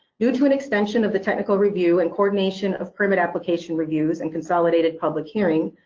due to an extension of the technical review and coordination of permit application reviews and consolidated public hearing,